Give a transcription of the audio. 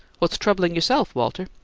what's troubling yourself, walter?